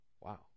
Wow